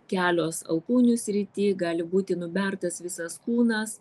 kelios alkūnių srity gali būti nubertas visas kūnas